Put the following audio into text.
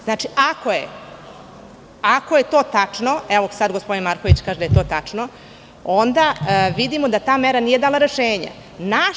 Znači, ako je to tačno, a gospodin Marković kaže da je tačno, onda vidimo da ta mera nije dala rešenje.